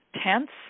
tents